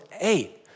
eight